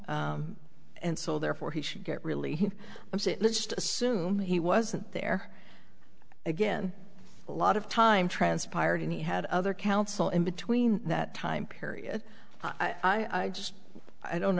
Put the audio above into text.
and so therefore he should get really i'm saying let's just assume he wasn't there again a lot of time transpired and he had other counsel in between that time period i just i don't